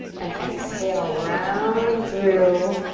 and exhale rounding through.